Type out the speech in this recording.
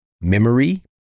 memory